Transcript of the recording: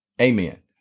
Amen